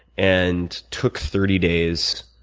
and took thirty days